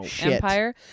empire